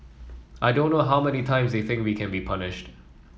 I don't know how many times they think we can be punished